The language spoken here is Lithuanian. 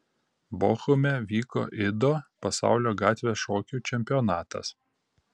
bochume vyko ido pasaulio gatvės šokių čempionatas